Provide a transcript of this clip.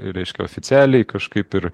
reiškia oficialiai kažkaip ir